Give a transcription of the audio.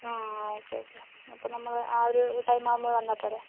ആ okay okay അപ്പം നമ്മൾ ആ ഒരു ടൈം ആവുമ്പോൾ വന്നാൽ പോരേ